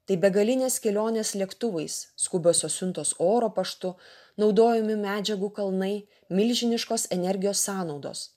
tai begalinės kelionės lėktuvais skubiosios siuntos oro paštu naudojami medžiagų kalnai milžiniškos energijos sąnaudos